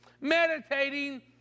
meditating